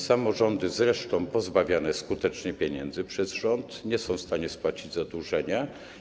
Samorządy, zresztą pozbawiane skutecznie pieniędzy przez rząd, nie są w stanie spłacić zadłużenia.